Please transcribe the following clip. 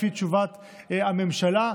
לפי תשובת הממשלה.